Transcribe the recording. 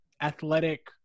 athletic